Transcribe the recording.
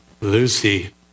Lucy